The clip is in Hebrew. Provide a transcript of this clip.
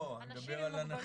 לא, אני מדבר על הנכים.